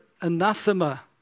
anathema